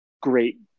great